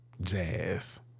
Jazz